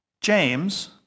James